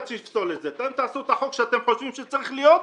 אתם תעשו את החוק שאתם חושבים שצריך להיות,